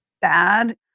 bad